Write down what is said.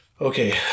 Okay